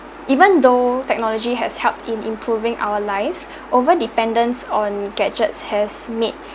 even though technology has helped in improving our lives over-dependence on gadgets has made